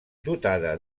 dotada